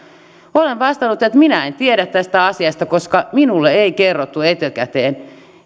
olen vastannut että minä en tiedä tästä asiasta koska minulle ei kerrottu etukäteen